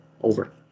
Over